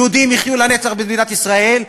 יהודים יחיו לנצח במדינת ישראל,